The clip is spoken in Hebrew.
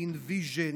אינוויז'ן,